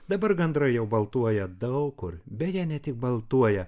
dabar gandrai jau baltuoja daug kur beje ne tik baltuoja